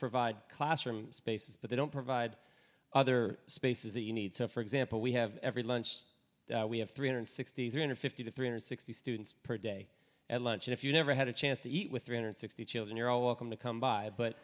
provide classroom spaces but they don't provide other spaces that you need so for example we have every lunch we have three hundred sixty three hundred fifty to three hundred sixty students per day at lunch and if you never had a chance to eat with three hundred sixty children you're all welcome to come by but